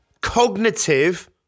cognitive